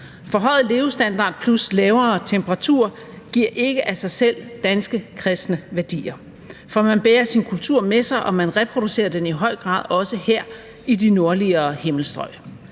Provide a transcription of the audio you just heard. Forhøjet levestandard plus lavere temperatur giver ikke af sig selv danske, kristne værdier, for man bærer sin kultur med sig, og man reproducerer den i høj grad også her under de nordligere himmelstrøg.